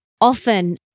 Often